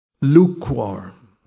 Lukewarm